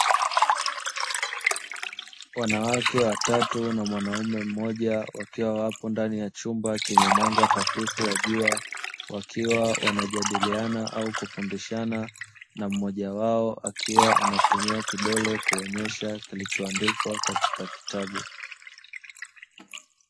Wanawake watatu na mwanaume mmoja, wakiwa wapo ndani ya chumba chenye mwanga hafifu wa jua. Wakiwa wanajadiliana au kufundishana, na mmoja wao akiwa anatumia kidole, kuonyesha kilichoandikwa katika kitabu.